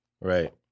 Right